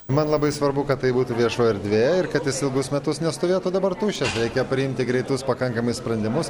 man labai svarbu kad tai būtų viešoji erdvė ir kad jis ilgus metus nestovėtų dabar tuščias reikia priimti greitus pakankamai sprendimus